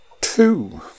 two